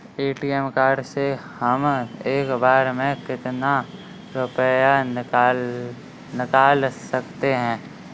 ATM card से हम एक बार में कितना रुपया निकाल सकते हैं?